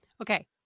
Okay